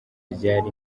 ryari